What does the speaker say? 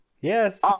Yes